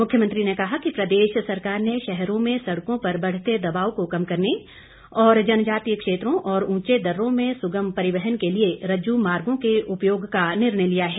मुख्यमंत्री ने कहा कि प्रदेश सरकार ने शहरों में सड़कों पर बढ़ते दबाव को कम करने और जनजातीय क्षेत्रों और ऊंचे दर्रो में सुगम परिवहन के लिए रज्जू मार्गों के उपयोग का निर्णय लिया है